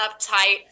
uptight